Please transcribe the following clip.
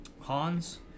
Hans